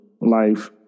life